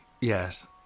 yes